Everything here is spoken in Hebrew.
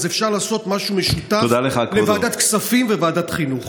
אז אפשר לעשות משהו משותף לוועדת הכספים וועדת החינוך.